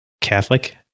Catholic